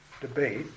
debate